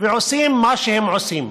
ועושים מה שהם עושים.